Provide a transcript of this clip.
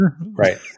Right